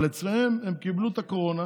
אבל אצלם, הם קיבלו את הקורונה